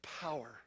power